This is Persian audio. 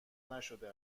نشده